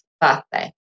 birthday